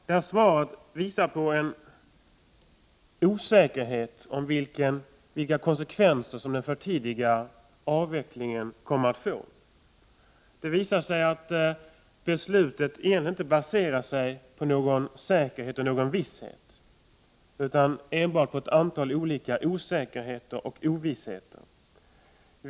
Det här svaret visar på en osäkerhet om vilka konsekvenser den för tidiga avvecklingen kommer att få. Det framgår att beslutet egentligen inte baseras på någon säkerhet och någon visshet utan enbart på ett antal osäkerheter och ovissheter.